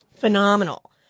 Phenomenal